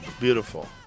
Beautiful